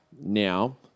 now